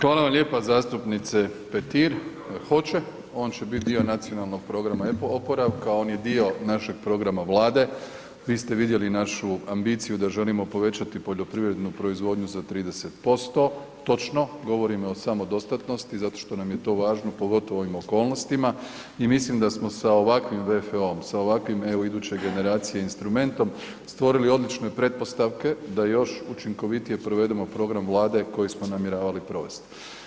Hvala vam lijepa zastupnice Petir, hoće on će biti dio Nacionalnog programa oporavka, on je dio našeg programa Vlade, vi ste vidjeli našu ambiciju da želimo povećati poljoprivrednu proizvodnju za 30%, točno, govorimo o samodostatnosti zato što nam je to važno pogotovo u ovim okolnostima i mislim da smo sa ovakvim VFO-om, sa ovakvim EU iduće generacije instrumentom stvorili odlične pretpostavke da još učinkovitije provedemo program Vlade koji smo namjeravali provesti.